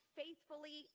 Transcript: faithfully